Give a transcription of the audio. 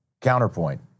Counterpoint